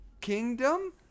Kingdom